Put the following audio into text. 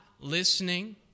listening